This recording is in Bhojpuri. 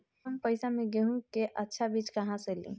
कम पैसा में गेहूं के अच्छा बिज कहवा से ली?